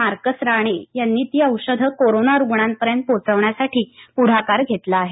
Marcus Rane यांनी ती औषधं कोरोना रुग्णापर्यंत पोहचवण्यासाठी पुढाकार घेतला आहे